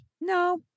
No